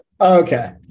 Okay